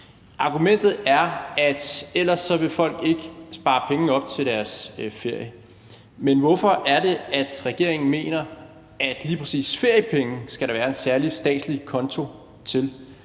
Argumentet er, at ellers vil folk ikke spare penge op til deres ferie. Men hvorfor er det, regeringen mener, at lige præcis feriepenge skal der være en særlig statslig konto til?